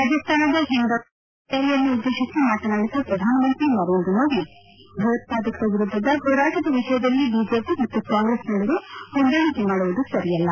ರಾಜಸ್ತಾನದ ಹಿಂಡೌನ್ನಲ್ಲಿ ಚುನಾವಣಾ ರ್ಖಾಲಿಯನ್ನುದ್ದೇತಿಸಿ ಮಾತನಾಡಿದ ಪ್ರಧಾನಮಂತ್ರಿ ನರೇಂದ್ರ ಮೋದಿ ಭಯೋತ್ಪಾದಕರ ವಿರುದ್ದದ ಹೋರಾಟದ ವಿಷಯದಲ್ಲಿ ಬಿಜೆಪಿ ಮತ್ತು ಕಾಂಗ್ರೆಸ್ ನಡುವೆ ಹೊಂದಾಣಿಕೆ ಮಾಡುವುದು ಸರಿಯಲ್ಲ